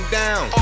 down